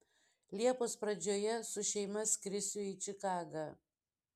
liepos pradžioje su šeima skrisiu į čikagą